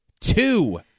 Two